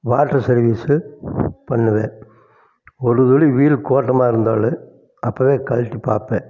water service பண்ணுவேன் ஒரு துளி வீல் கோட்டமாக இருந்தாலும் அப்போவே கழட்டி பார்ப்பேன்